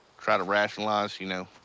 try to rationalize, you know,